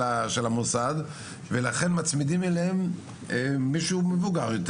המוסד ולכן מצמידים אליהם מישהו מבוגר יותר,